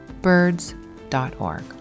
birds.org